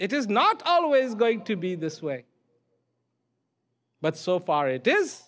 it is not always going to be this way but so far it is